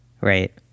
Right